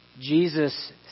Jesus